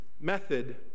method